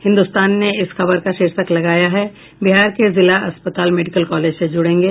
हिन्दुस्तान ने इस खबर का शीर्षक लगाया है बिहार के जिला अस्पताल मेडिकल कॉलेजों से जुडेंगे